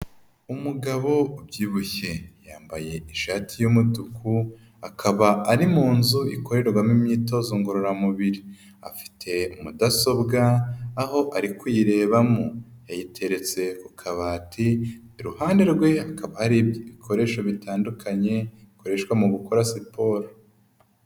Umugabo ubyibushye, yambaye ishati y'umutuku, akaba ari mu nzu ikorerwamo imyitozo ngororamubiri, afite mudasobwa aho ari kuyirebamo, yayiteretse ku kabati, iruhande rwe hakaba hari ibikoresho bitandukanye bikoreshwa mu gukora siporo.